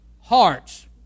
hearts